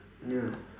ya